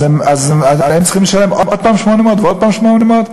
ואז הם צריכים לשלם עוד הפעם 800 ועוד הפעם 800?